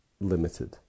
limited